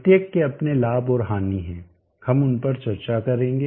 प्रत्येक के अपने लाभ और हानि हैं हम उन पर चर्चा करेंगे